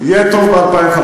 יהיה טוב ב-2015.